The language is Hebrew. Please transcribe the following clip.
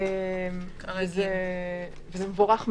זה מבורך מאוד,